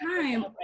time